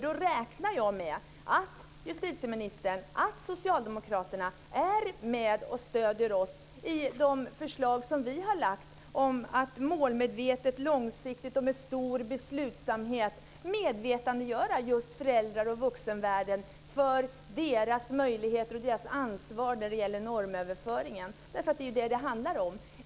Då räknar jag med att justitieministern och socialdemokraterna är med och stöder oss i de förslag som vi har lagt fram om att målmedvetet, långsiktigt och med stor beslutsamhet medvetandegöra just föräldrar och vuxenvärlden om deras möjligheter och deras ansvar när det gäller normöverföringen. Det är ju det som det handlar om.